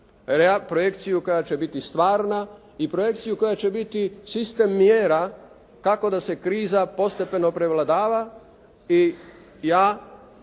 projekciju koja će biti stvarna i projekciju koja će biti sistem mjera kako da se kriza postepeno prevladava i ja